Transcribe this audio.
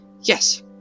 yes